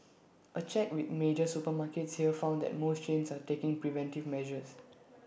A check with major supermarkets here found that most chains are taking preventive measures